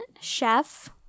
chef